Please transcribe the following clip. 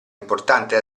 importante